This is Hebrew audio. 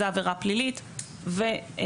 זו עבירה פלילית וקנסות,